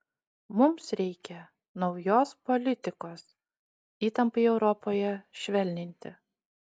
mums reikia naujos politikos įtampai europoje švelninti